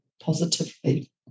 positively